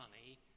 money